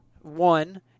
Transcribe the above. one